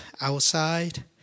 outside